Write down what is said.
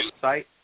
site